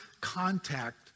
contact